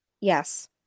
Yes